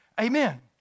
Amen